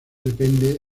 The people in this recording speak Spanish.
depende